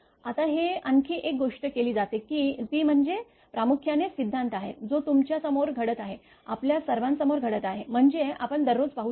आता हे आणखी एक गोष्ट केली जाते ती म्हणजे हा प्रामुख्याने सिद्धान्त आहे जो तुमच्या समोर घडत आहे आपल्या सर्वांसमोर घडत आहे म्हणजे आपण दररोज पाहू शकतो